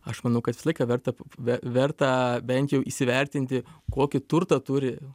aš manau kad visą laiką verta verta bent jau įsivertinti kokį turtą turi